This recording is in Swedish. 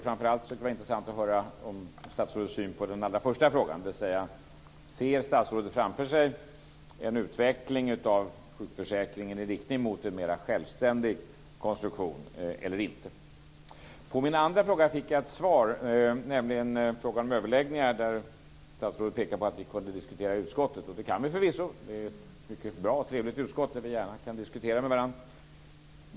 Framför allt skulle det vara intressant att höra statsrådets syn på den allra första frågan: Ser statsrådet framför sig en utveckling av sjukförsäkringen i riktning mot en mera självständig konstruktion eller inte? På min andra fråga fick jag ett svar, nämligen frågan om överläggningar där statsrådet pekar på att vi kunde diskutera i utskottet. Det kan vi förvisso. Det är ett mycket bra och trevligt utskott där vi gärna diskuterar med varandra.